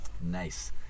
Nice